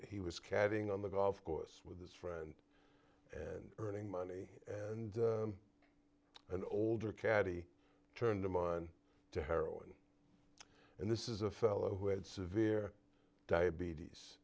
he was carrying on the golf course with his friend and earning money and an older caddie turned him on to heroin and this is a fellow who had severe diabetes